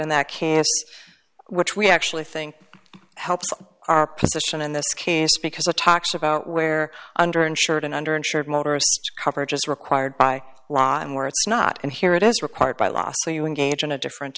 and that can which we actually think helps our position in this case because it talks about where under insured and under insured motorists coverage as required by law and where it's not and here it is required by law so you engage in a different